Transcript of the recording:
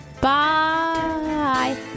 Bye